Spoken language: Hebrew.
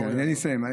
אני אסיים.